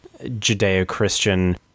judeo-christian